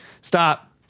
Stop